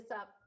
up